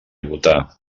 votar